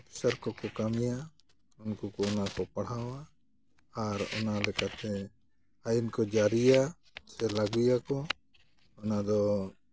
officer ᱠᱚᱠᱚ ᱠᱟᱹᱢᱤᱭᱟ ᱩᱱᱠᱩ ᱠᱚ ᱚᱱᱟ ᱠᱚ ᱯᱟᱲᱦᱟᱣᱟ ᱟᱨ ᱚᱱᱟ ᱞᱮᱠᱟᱛᱮ ᱟᱭᱤᱱ ᱠᱚ ᱡᱟᱹᱨᱤᱭᱟ ᱥᱮ ᱞᱟᱹᱜᱩᱭᱟᱠᱚ ᱚᱱᱟᱫᱚ